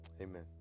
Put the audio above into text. Amen